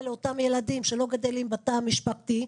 לאותם ילדים שלא גדלים בתא המשפחתי,